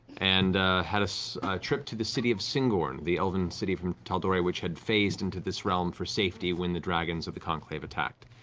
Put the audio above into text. and had a trip to the city of syngorn, the elven city from tal'dorei which had phased into this realm for safety when the dragons of the conclave attacked.